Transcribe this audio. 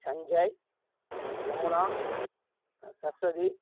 Sanjay Yamuna Saraswati